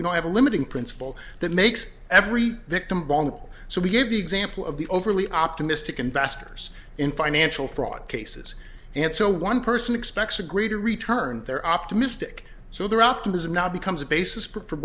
we don't have a limiting principle that makes every victim vhong so we gave the example of the overly optimistic investors in financial fraud cases and so one person expects agreed to return their optimistic so their optimism now becomes a basis for